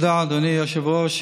תודה, אדוני היושב-ראש.